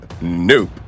nope